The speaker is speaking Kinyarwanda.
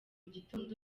gitondo